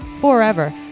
forever